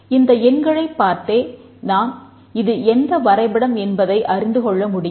இந்த எண்களைப் பார்த்தே நாம் இது எந்த வரைபடம் என்பதை அறிந்துகொள்ள முடியும்